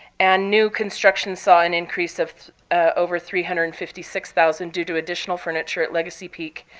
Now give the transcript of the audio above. and new construction saw an increase of over three hundred and fifty six thousand due to additional furniture at legacy peak,